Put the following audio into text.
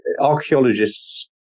archaeologists